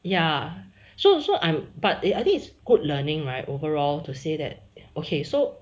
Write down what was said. ya so so I'm but I think it's good learning my overall to say that okay so